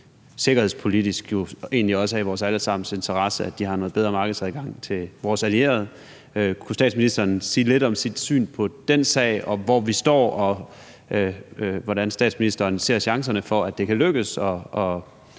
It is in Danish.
sikkerhedspolitisk i vores alle sammens interesse, at de har en bedre markedsadgang til vores allierede. Kunne statsministeren sige lidt om sit syn på den sag, altså hvor vi står, og hvordan statsministeren ser chancerne for, at det kan lykkes